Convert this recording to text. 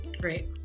Great